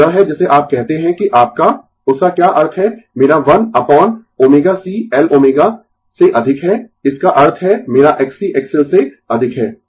तो यह है जिसे आप कहते है कि आपका उसका क्या अर्थ है मेरा 1 अपोन ω c L ω से अधिक है इसका अर्थ है मेरा Xc XL से अधिक है